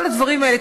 כל הדברים האלה,